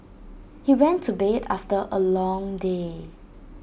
he went to bed after A long day